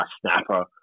Snapper